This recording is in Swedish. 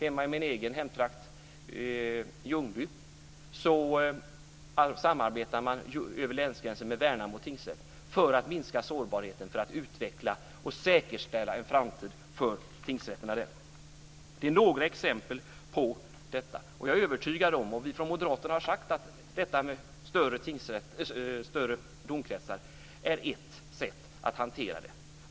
I min hemtrakt Ljungby samarbetar man över länsgränsen med Värnamo tingsrätt, för att minska sårbarheten och för att utveckla och säkerställa en framtid för tingsrätterna där. Det är ett exempel på detta. Vi moderater har sagt att större domkretsar är ett sätt att hantera det.